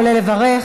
עולה לברך.